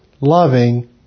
loving